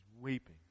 Weeping